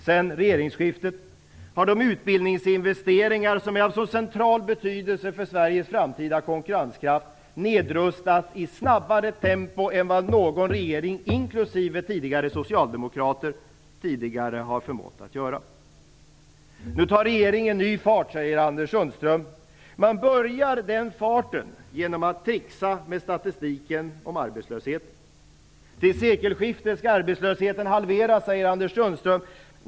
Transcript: Sedan regeringsskiftet har de utbildningsinvesteringar som är av så central betydelse för Sveriges framtida konkurrenskraft nedrustats i snabbare tempo än vad någon annan regering, inklusive tidigare socialdemokratiska, förmått att göra. Nu tar regeringen ny fart, säger Anders Sundström. Man börjar den farten genom att tricksa med statistiken om arbetslösheten. Till sekelskiftet skall arbetslösheten halveras, säger Anders Sundström.